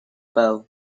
bow